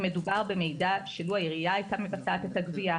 מדובר במידע שבו העירייה הייתה מבצעת את הגבייה,